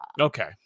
Okay